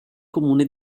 comune